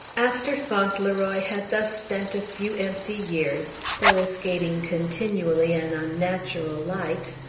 after fauntleroy had thus spent a few empty years, coruscating continually an unnatural light,